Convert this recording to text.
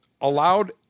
allowed